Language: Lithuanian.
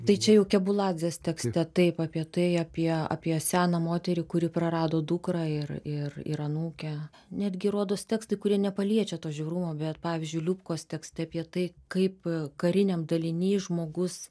tai čia jau kebuladzės tekste taip apie tai apie apie seną moterį kuri prarado dukrą ir ir ir anūkę netgi rodos tekstai kurie nepaliečia to žiaurumo bet pavyzdžiui liubkos tekste apie tai kaip kariniam daliny žmogus